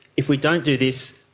if we don't do this,